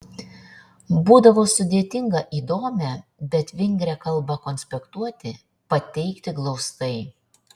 būdavo sudėtinga įdomią bet vingrią kalbą konspektuoti pateikti glaustai